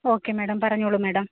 okay madam പറഞ്ഞോളു madam